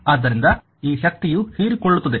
ಆದ್ದರಿಂದ ಈ ಶಕ್ತಿಯು ಹೀರಿಕೊಳ್ಳುತ್ತದೆ